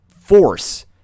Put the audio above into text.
force